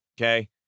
Okay